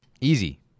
Easy